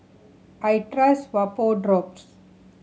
I trust Vapodrops